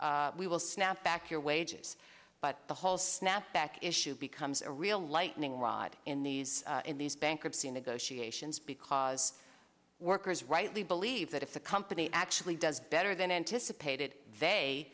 we will snap back your wages but the whole snap back issue becomes a real lightning rod in these in these bankruptcy negotiations because workers rightly believe that if a company actually does better than anticipated they